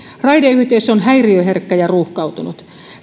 raideyhteys on häiriöherkkä ja ruuhkautunut